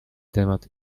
temat